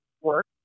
work